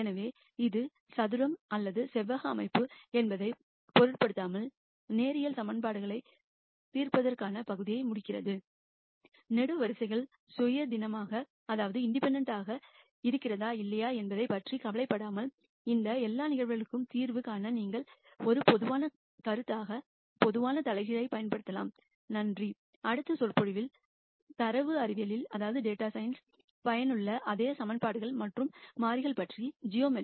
எனவே இது ஒரு சதுரம் அல்லது செவ்வக அமைப்பு என்பதைப் பொருட்படுத்தாமல் லீனியர் ஈகிவேஷன்கள் தீர்ப்பதற்கான பகுதியை முடிக்கிறது காலம் இண்டிபெண்டெண்ட் இருக்கிறதா இல்லையா என்பதைப் பற்றி கவலைப்படாமல் இந்த எல்லா நிகழ்வுகளுக்கும் தீர்வு காண நீங்கள் ஒரு பொதுவான கருத்தாக பொதுவான இன்வெர்ஸ் பயன்படுத்தலாம்